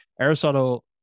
Aristotle